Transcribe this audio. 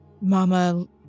mama